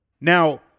Now